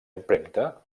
impremta